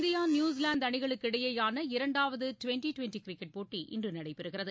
India New Zealand அணிகளுக்கிடையேயான இரண்டாவது twenty twenty cricket போட்டி இன்று நடைபெறுகிறது